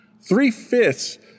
three-fifths